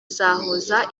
izahuza